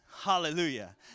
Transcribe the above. Hallelujah